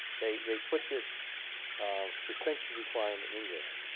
they they put this suspension requirement in there,